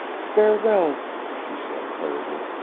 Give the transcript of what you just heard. farewell, she said, hurriedly.